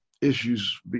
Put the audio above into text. issues